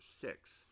six